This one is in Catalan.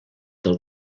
del